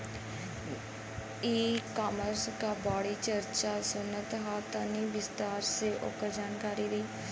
ई कॉमर्स क बड़ी चर्चा सुनात ह तनि विस्तार से ओकर जानकारी दी?